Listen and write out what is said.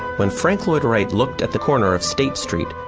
when frank lloyd wright looked at the corner of state street,